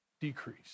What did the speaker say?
decrease